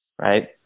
right